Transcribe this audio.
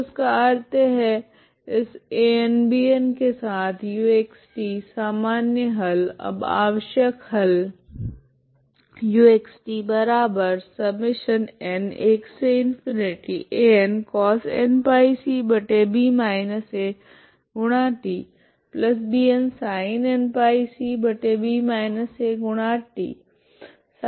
तो इसका अर्थ है इस AnBn के साथ uxt सामान्य हल अब आवश्यक हल है